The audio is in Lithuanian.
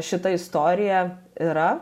šita istorija yra